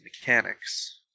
mechanics